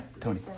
Tony